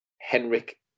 Henrik